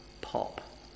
pop